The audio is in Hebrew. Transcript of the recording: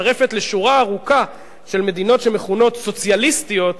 מצטרפת לשורה ארוכה של מדינות שמכונות סוציאליסטיות,